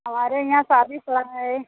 हमारे यहाँ शादी पड़ा है